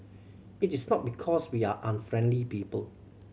it is not because we are unfriendly people